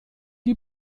die